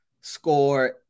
score